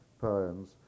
poems